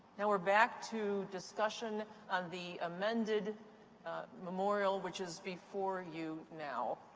now we're back to discussion on the amended memorial, which is before you now.